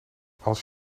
als